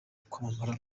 kwamamara